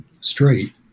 straight